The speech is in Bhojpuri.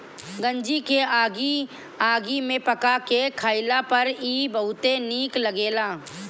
गंजी के आगी में पका के खइला पर इ बहुते निक लगेला